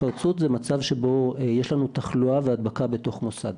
התפרצות זה מצב שבו יש לנו תחלואה והדבקה בתוך מוסד.